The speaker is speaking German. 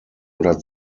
oder